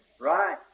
Right